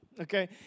Okay